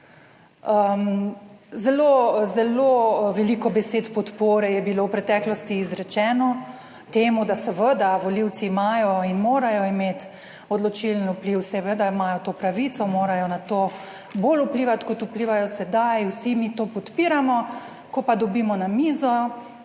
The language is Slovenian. zelo veliko besed podpore je bilo v preteklosti izrečeno temu, da seveda volivci imajo in morajo imeti odločilen vpliv. Seveda imajo to pravico, morajo na to bolj vplivati kot vplivajo sedaj, vsi mi to podpiramo, ko pa dobimo na mizo,